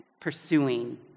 pursuing